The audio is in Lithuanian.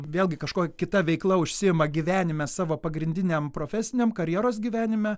vėlgi kažkokia kita veikla užsiima gyvenime savo pagrindiniam profesiniam karjeros gyvenime